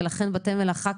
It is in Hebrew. ולכן בתי מלאכה,